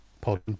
pod